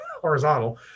horizontal